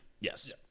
Yes